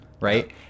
right